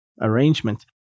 arrangement